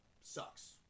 Sucks